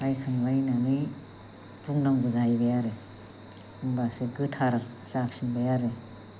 रायखांलायनानै बुंनांगौ जाहैबाय आरो होमब्लासो गोथार जाफिनबाय आरो